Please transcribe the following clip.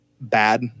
bad